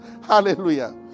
Hallelujah